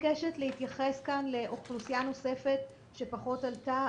מבקשת להתייחס כאן לאוכלוסייה נוספת שפחות עלתה,